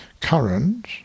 current